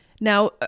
Now